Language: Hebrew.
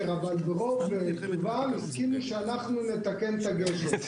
אבל --- הסכימו שאנחנו נתקן את הגשר.